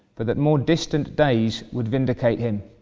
but that more distant days would vindicate him.